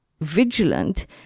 vigilant